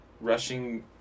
rushing